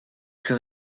plus